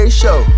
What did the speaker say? show